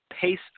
pace